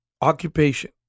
occupation